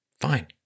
fine